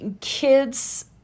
kids